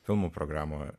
filmų programoje